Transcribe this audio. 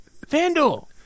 FanDuel